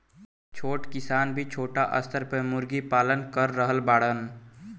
छोट किसान भी छोटा स्टार पर मुर्गी पालन कर रहल बाड़न